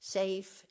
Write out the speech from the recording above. safe